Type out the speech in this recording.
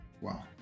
Wow